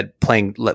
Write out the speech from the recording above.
playing